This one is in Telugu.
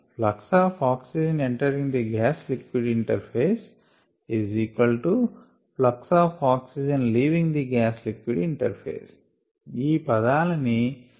flux of oxygen entering the gas liquid interface flux of oxygen leaving the gas liquid interface ఈ పదాలని నేను ఏరియా తో విభజించాను అప్పుడు కూడా అదే ఉంటుంది